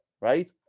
right